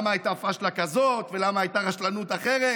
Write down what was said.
למה הייתה פשלה כזאת ולמה הייתה רשלנות אחרת.